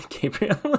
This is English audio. gabriel